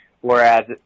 Whereas